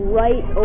right